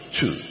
two